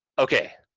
okay,